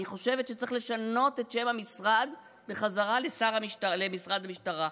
אני חושבת שצריך לשנות את שם המשרד בחזרה למשרד המשטרה.